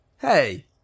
hey